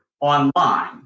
online